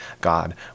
God